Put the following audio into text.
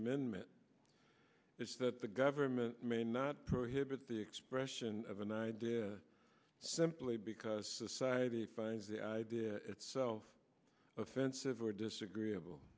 amendment is that the government may not prohibit the expression of an idea simply because society finds the idea itself offensive or disagreeable